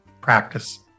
practice